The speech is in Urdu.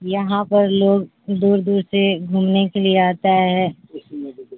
یہاں پر لوگ دور دور سے گھومنے کے لیے آتا ہے